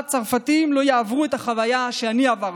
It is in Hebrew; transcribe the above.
צרפתים לא יעברו את החוויה שאני עברתי.